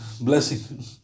Blessing